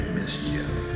mischief